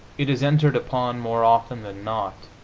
it is entered upon, more often than not,